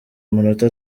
amanota